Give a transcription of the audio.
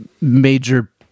major